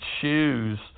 choose